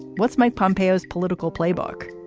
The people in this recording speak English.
what's my pompei us political playbook?